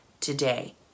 today